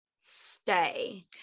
stay